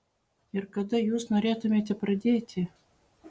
ir kada jūs norėtumėte pradėti